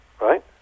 right